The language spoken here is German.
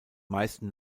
meisten